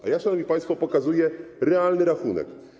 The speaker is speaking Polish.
A ja, szanowni państwo, pokazuję realny rachunek.